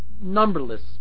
numberless